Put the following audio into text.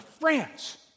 France